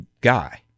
guy